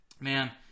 man